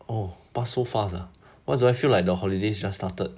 哦 pass so fast ah why do I feel like the holidays just started